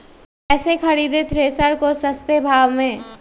कैसे खरीदे थ्रेसर को सस्ते भाव में?